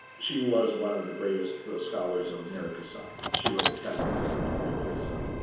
she was one of the greatest scholars of mary cassatt. she wrote the catalog resume on mary cassatt.